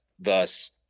Thus